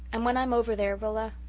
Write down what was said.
and when i'm over there, rilla,